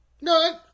No